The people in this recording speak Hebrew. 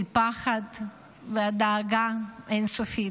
של פחד, והדאגה אין-סופית.